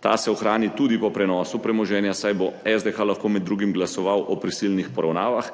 Ta se ohrani tudi po prenosu premoženja, saj bo SDH lahko med drugim glasoval o prisilnih poravnavah.